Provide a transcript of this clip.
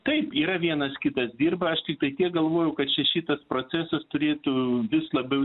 taip yra vienas kitas dirba aš tiktai tiek galvoju kad čia šitas procesas turėtų vis labiau